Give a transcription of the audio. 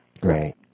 Great